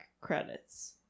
credits